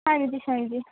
ਹਾਂਜੀ ਹਾਂਜੀ